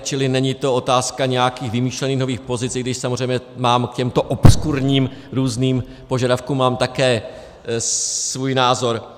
Čili není to otázka nějakých vymyšlených nových pozic, i když samozřejmě mám k těmto obskurním různým požadavkům také svůj názor.